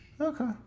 Okay